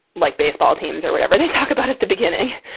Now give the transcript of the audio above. like baseball teams or whatever they talk about at the beginning.